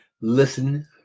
Listen